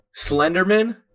Slenderman